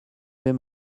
vais